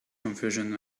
confusion